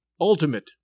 ultimate